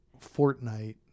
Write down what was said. Fortnite